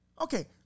Okay